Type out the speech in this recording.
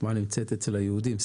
החוכמה נמצאת אצל היהודים,